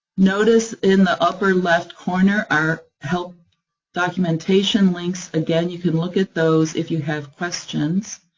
notice, in the upper left corner are help documentation links. again, you can look at those, if you have questions.